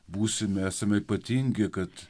būsime esame ypatingi kad